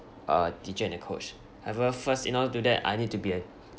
a teacher and a coach however first in order to do that I need to be a